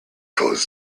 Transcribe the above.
close